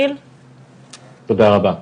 תודה רבה.